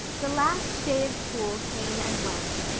the last day of school came and went.